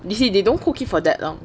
they say they don't cook it for that long